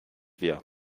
wir